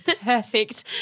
Perfect